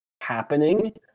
happening